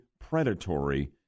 predatory